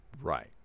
Right